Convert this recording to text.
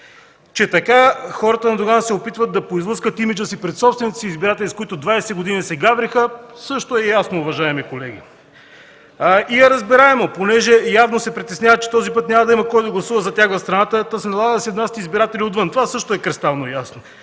Че така хората на Доган се опитват да поизлъскат имиджа си пред собствените избиратели, с които 20 години се гавриха, също е ясно, уважаеми колеги. И е разбираемо – понеже явно се притесняват, че този път няма да има кой да гласува за тях в страната, та се налага да се внасят избиратели отвън. Това също е кристално ясно